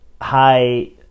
high